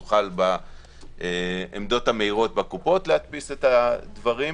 הם יוכלו בעמדות המהירות בקופות להדפיס את הדברים.